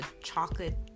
chocolate